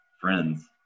friends